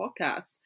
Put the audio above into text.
podcast